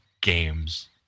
games